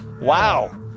Wow